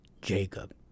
Jacob